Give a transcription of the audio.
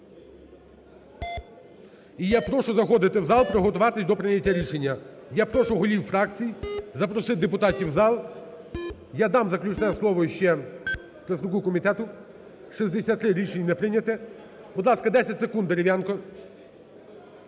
І я прошу заходити в зал, приготуватися до прийняття рішення. Я прошу голів фракцій запросити депутатів в зал. Я дам заключне слово ще представнику комітету. 14:04:06 За-63 Рішення не прийняте. Будь ласка, 10 секунд, Дерев'янко.